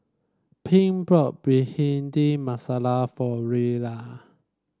Pink bought Bhindi Masala for Rella